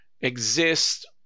exist